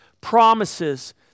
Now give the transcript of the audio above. Promises